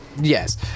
Yes